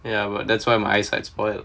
ya but that's why my eye sight spoil